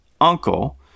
uncle